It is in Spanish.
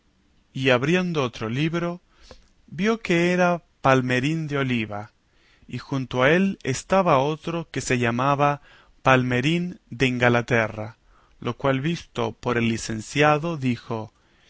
y abriendo otro libro vio que era palmerín de oliva y junto a él estaba otro que se llamaba palmerín de ingalaterra lo cual visto por el licenciado dijo esa